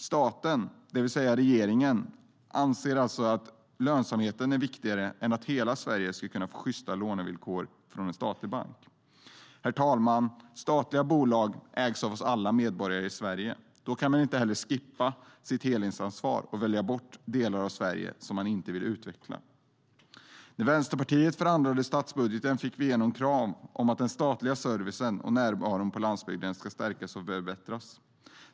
Staten, det vill säga regeringen, anser alltså att lönsamheten är viktigare än att hela Sverige ska kunna få sjysta lånevillkor från en statlig bank. Herr talman! Statliga bolag ägs av alla oss medborgare i Sverige. Då kan man inte skippa sitt helhetsansvar och välja bort delar av Sverige som man inte vill utveckla. När Vänsterpartiet förhandlade om statsbudgeten fick vi igenom krav om att den statliga servicen och närvaron på landsbygden ska stärkas och förbättras.